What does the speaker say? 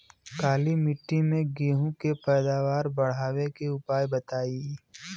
काली मिट्टी में गेहूँ के पैदावार बढ़ावे के उपाय बताई?